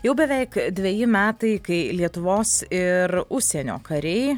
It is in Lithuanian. jau beveik dveji metai kai lietuvos ir užsienio kariai